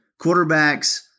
quarterbacks